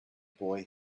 boy